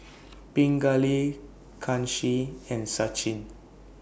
Pingali Kanshi and Sachin